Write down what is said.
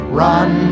run